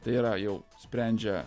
tai yra jau sprendžia